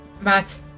Matt